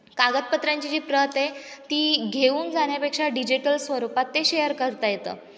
कागदपत्रांची जी प्रत आहे ती घेऊन जाण्यापेक्षा डिजिटल स्वरूपात ते शेअर करता येतं